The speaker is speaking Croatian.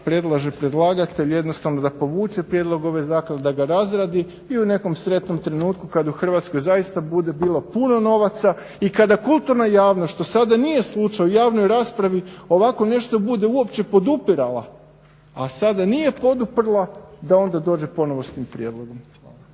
predlaže predlagatelju jednostavno da povuče prijedlog ove zaklade, da ga razradi i u nekom sretnom trenutku kad u Hrvatskoj zaista bude bilo puno novaca i kada kulturna javnost što sada nije slučaj u javnoj raspravi ovako nešto bude uopće podupirala a sada nije poduprla da onda dođe ponovno s tim prijedlogom.